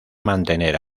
mantener